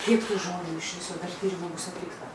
kiek tų žmonių iš viso dar tyrimų bus atlikta